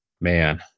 Man